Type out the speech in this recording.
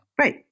Right